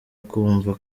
kumva